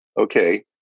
okay